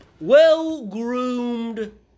well-groomed